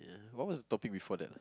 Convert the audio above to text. what was the topic before that ah